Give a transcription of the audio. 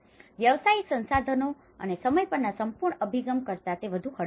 વ્યવસાયિક સંસાધનો અને સમય પરના સંપૂર્ણ અભિગમ કરતાં તે વધુ હળવા છે